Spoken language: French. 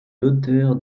l’auteur